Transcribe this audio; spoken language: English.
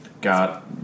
got